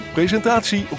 Presentatie